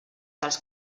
dels